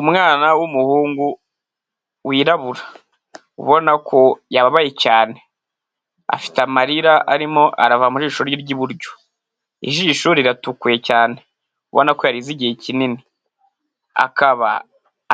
Umwana w'umuhungu wirabura ubona ko yababaye cyane, afite amarira arimo arava mu jisho ry'iburyo, ijisho riratukuye cyane ubona ko yarize igihe kinini, akaba